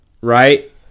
right